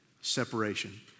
separation